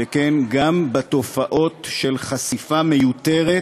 וכן, גם בתופעות של חשיפה מיותרת